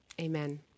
Amen